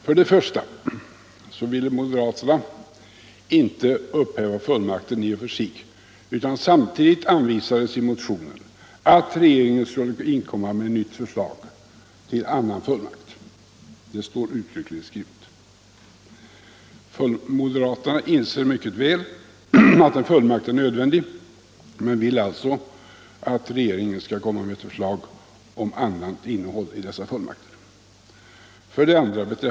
För det första vill moderaterna inte upphäva fullmaktslagen i och för sig, utan vi har i motionen sagt att regeringen kunde inkomma med förslag till annan fullmakt. Det står uttryckligen skrivet. Moderaterna inser mycket väl att en fullmakt är nödvändig men vill att regeringen skall lägga fram förslag till fullmakter av annat innehåll.